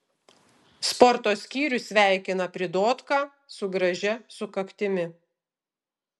sporto skyrius sveikina pridotką su gražia sukaktimi